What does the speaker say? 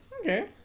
Okay